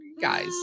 guys